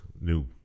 new